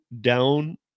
down